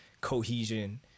cohesion